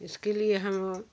इसके लिए हम